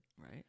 Right